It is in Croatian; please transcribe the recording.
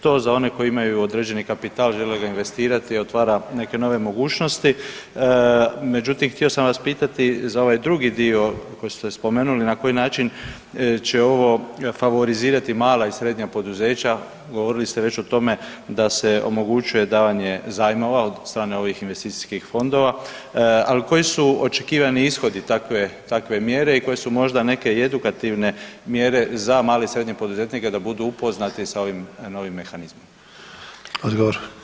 To za one koji imaju određeni kapital, žele ga investirati, otvara neke nove mogućnosti, međutim, htio sam vas pitati za ovaj drugi dio koji ste spomenuli, na koji način će ovo favorizirati mala i srednja poduzeća, govorili ste već o tome da se omogućuje davanje zajmova od strane ovih investicijskih fondova, ali koji su očekivani ishodi takve mjere i koje su možda neke i edukativne mjere za male i srednje poduzetnike da budu upoznati sa ovim novim mehanizmom?